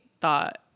thought